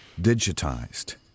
digitized